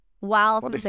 wow